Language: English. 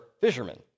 fishermen